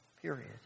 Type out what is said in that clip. Period